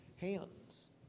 hands